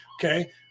okay